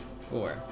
Four